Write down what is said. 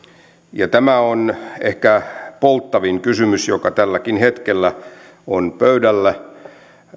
ja tämä on ehkä polttavin kysymys joka tälläkin hetkellä on pöydällä